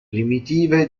primitive